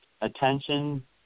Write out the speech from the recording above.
attention